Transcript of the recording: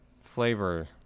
flavor